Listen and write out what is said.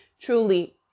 truly